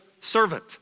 servant